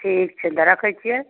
ठीक छै तऽ रखैत छियै